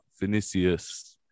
Vinicius